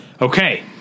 Okay